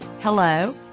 hello